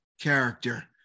character